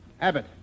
Abbott